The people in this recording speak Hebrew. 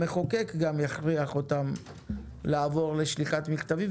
המחוקק גם הכריח אותם לעבור לשליחת דואר דיגיטלי.